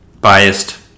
biased